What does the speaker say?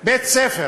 בית-ספר